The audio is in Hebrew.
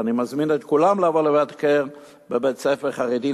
ואני מזמין את כולם לבוא לבקר בבית-ספר חרדי,